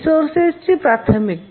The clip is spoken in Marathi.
रिसोर्सेसची प्राथमिकता